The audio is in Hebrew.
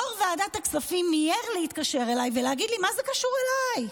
יו"ר ועדת הכספים מיהר להתקשר אליי ולהגיד לי: מה זה קשור אליי?